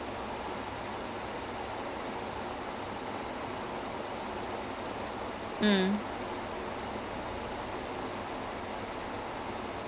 ya so அவன் வந்து:avan vanthu he sits in this throne then அவன் வந்து:avan vanthu he can think of everything and whatever flash யோசிக்கறதுக்கு உள்ள:yosikarathuku ulla he would have had a countermeasures